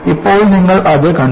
ഇപ്പോൾ നിങ്ങൾ അത് കണ്ടു